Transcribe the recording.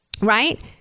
Right